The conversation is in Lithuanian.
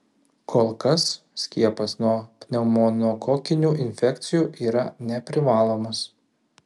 kol kas skiepas nuo pneumokokinių infekcijų yra neprivalomas